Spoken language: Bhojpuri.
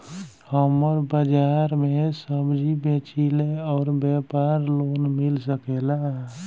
हमर बाजार मे सब्जी बेचिला और व्यापार लोन मिल सकेला?